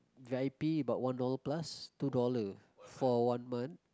v_i_p about one dollar plus two dollar for one month